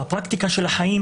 בפרקטיקה של החיים,